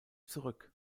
zurück